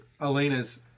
Elena's